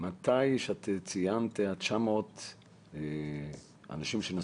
את ציינת 900 אנשים.